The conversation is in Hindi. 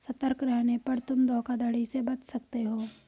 सतर्क रहने पर तुम धोखाधड़ी से बच सकते हो